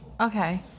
Okay